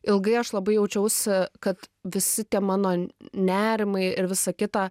ilgai aš labai jaučiausi kad visi tie mano nerimai ir visa kita